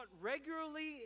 regularly